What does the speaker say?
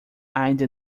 ainda